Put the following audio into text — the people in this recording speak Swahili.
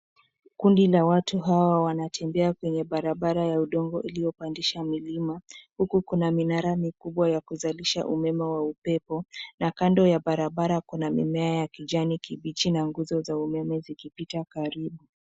Kundi la watu hawa wanatembea kwenye barabara ya udongo uliopandisha milima, huku kuna minara mikubwa ya kuzalisha umeme wa upepo, na kando ya barabara kuna mimea ya kijani kibichi na nguzo za umeme zikipita karibu.